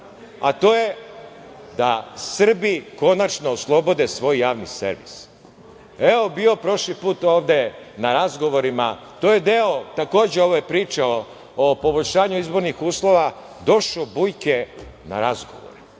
a to je da Srbi konačno oslobode svoj javni servis. Evo, bio prošli put ovde na razgovorima, to je deo takođe ove priče o poboljšanju izbornih uslova, došao Bujke na razgovor.